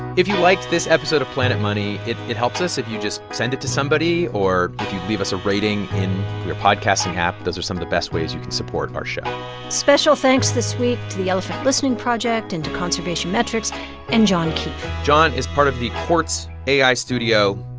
if you liked this episode of planet money, it it helps us if you just send it to somebody. or if you'd leave us a rating in your podcasting app, those are some of the best ways you can support our show special thanks this week to the elephant listening project and to conservation metrics and john keefe john is part of the quartz ai studio,